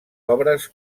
obres